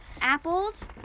Apples